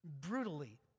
brutally